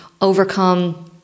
overcome